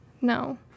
No